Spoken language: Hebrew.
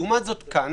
לעומת זאת, כאן